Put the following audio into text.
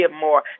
more